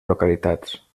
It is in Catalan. localitats